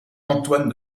antoine